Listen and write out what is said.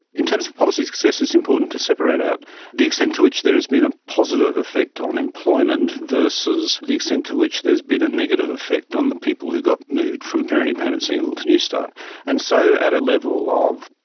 in terms of policy success it's important to separate out the extent to which there has been a positive effect on employment versus the extent to which there has been a negative effect on the people who got moved from parenting payment single to newstart and so at a level of,